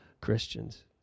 Christians